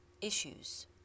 issues